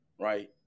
right